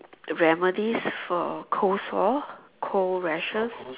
remedies for cold sore cold rashes